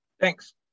Thanks